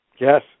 Yes